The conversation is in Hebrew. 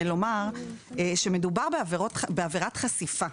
שמדובר בעבירת חשיפה.